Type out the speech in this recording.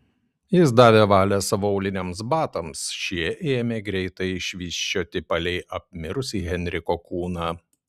jis davė valią savo auliniams batams šie ėmė greitai švysčioti palei apmirusį henriko kūną